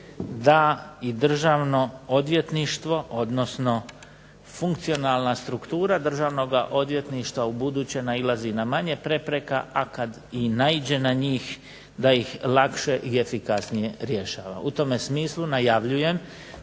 da i Državno odvjetništvo, odnosno funkcionalna struktura Državnoga odvjetništva ubuduće nailazi na manje prepreka, a kad i naiđe na njih da ih lakše i efikasnije rješava. U tome smislu najavljujem